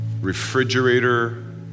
Refrigerator